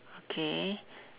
okay